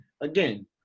again